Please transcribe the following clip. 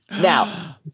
Now